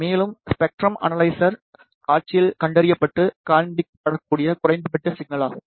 மேலும் spectrum analyser காட்சியில் கண்டறியப்பட்டு காண்பிக்கப்படக்கூடிய குறைந்தபட்ச சிக்னல் ஆகும்